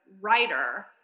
writer